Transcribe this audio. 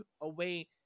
away